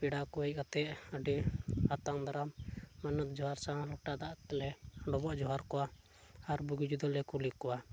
ᱯᱮᱲᱟ ᱠᱚ ᱦᱮᱡ ᱠᱟᱛᱮᱫ ᱟᱹᱰᱤ ᱟᱛᱟᱝ ᱫᱟᱨᱟᱢ ᱢᱟᱱᱚᱛ ᱡᱚᱦᱟᱨ ᱥᱟᱞᱟᱜ ᱞᱚᱴᱟ ᱫᱟᱜ ᱛᱮᱞᱮ ᱰᱚᱵᱚᱜ ᱡᱚᱦᱟᱨ ᱠᱚᱣᱟ ᱟᱨ ᱵᱩᱜᱤ ᱡᱩᱫᱟᱹ ᱞᱮ ᱠᱩᱞᱤ ᱠᱚᱣᱟ